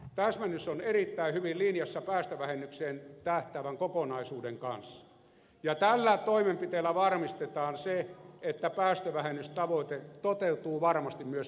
täsmennys on erittäin hyvin linjassa päästövähennyksiin tähtäävän kokonaisuuden kanssa ja tällä toimenpiteellä varmistetaan se että päästövähennystavoite toteutuu varmasti myös lyhyellä aikavälillä